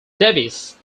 davies